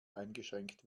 eingeschränkt